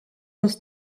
dass